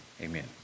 Amen